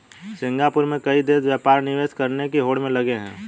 Singapore में कई देश व्यापार निवेश करने की होड़ में लगे हैं